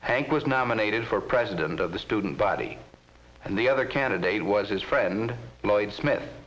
hank was nominated for president of the student body and the other candidate was his friend lloyd smith